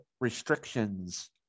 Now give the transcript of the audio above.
restrictions